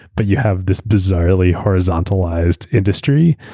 but you have this bizarrely horizontalized industry,